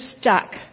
stuck